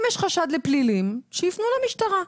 אם יש חשד לפלילים, שיפנו למשטרה.